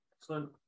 Excellent